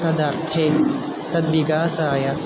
तदर्थे तद्विकासाय